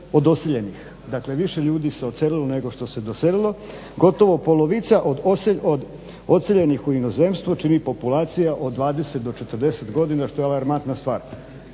od doseljenih. Dakle, više ljudi se odselilo nego što se doselilo. Gotovo polovica od odseljenih u inozemstvo čini populacija od 20 do 40 godina što je alarmantna stvar.